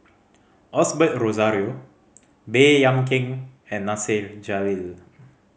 Osbert Rozario Baey Yam Keng and Nasir Jalil